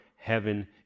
heaven